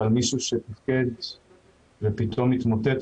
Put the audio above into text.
ועל מישהו שתיפקד ופתאום התמוטט,